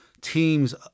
teams